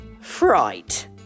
Fright